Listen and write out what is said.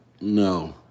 no